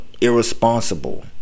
irresponsible